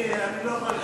אני לא יכול לראות.